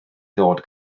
ddod